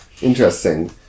interesting